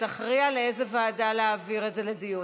שתכריע לאיזה ועדה להעביר את זה לדיון.